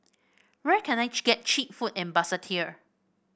where can I get cheap food in Basseterre